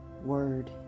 word